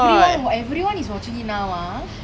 everyone everyone is watching it now ah